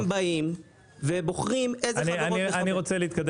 הם בוחרים איזה חברות כדאיות להם.